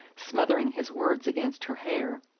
smothering his words against her hair.